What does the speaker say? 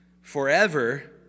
forever